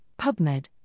PubMed